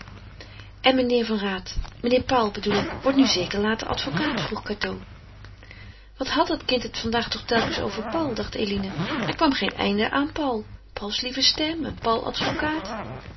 en meneer van raat meneer paul bedoel ik wordt nu zeker later advocaat vroeg cateau wat had dat kind het vandaag toch telkens over paul dacht eline er kwam geen einde aan paul pauls lieve stem en paul advocaat